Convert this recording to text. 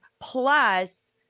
plus